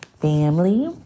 family